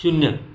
शून्य